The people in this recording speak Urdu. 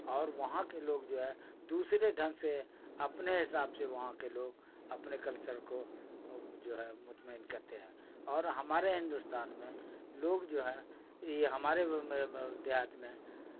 اور وہاں کے لوگ جو ہے دوسرے ڈھنگ سے اپنے حساب سے وہاں کے لوگ اپنے کلچر کو جو ہے مطمئن کرتے ہیں اور ہمارے ہندوستان میں لوگ جو ہیں یہ ہمارے دیہات میں